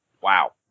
Wow